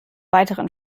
weiteren